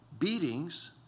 beatings